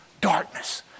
Darkness